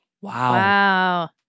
Wow